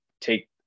take